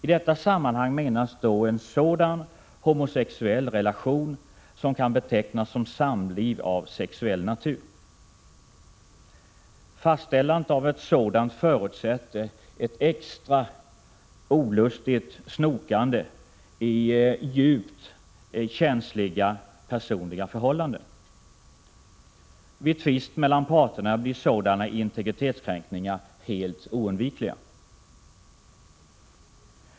I detta sammanhang menas då en sådan homosexuell relation som kan betecknas som samliv av sexuell natur. Fastställandet av ett sådant förutsätter ett extra olustigt snokande i djupt känsliga personliga förhållanden. Vid tvist mellan parterna blir sådana integritetskränkningar helt oundvikliga.